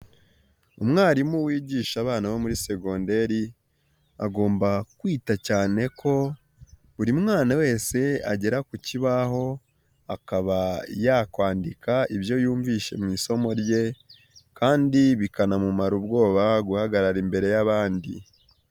Umwarimu wigisha abana bo muri segonderi agomba kwita cyane ko buri mwana wese agera ku kibaho akaba yakwandika ibyo yumvishe mu isomo rye kandi bikanamumara ubwoba guhagarara imbere y'abandi.